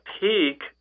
peak